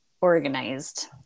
organized